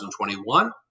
2021